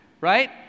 right